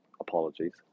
apologies